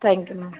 thank you ma'am